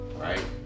Right